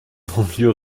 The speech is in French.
banlieue